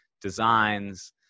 designs